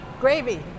gravy